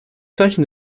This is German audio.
zeichen